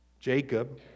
Jacob